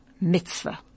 mitzvah